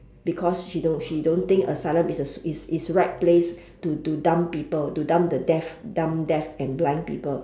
because she don't she don't think asylum is a is is right place to to dump people to dump the dead dump deaf and blind people